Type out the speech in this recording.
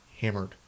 hammered